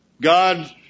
God